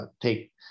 take